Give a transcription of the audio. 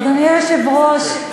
אדוני היושב-ראש,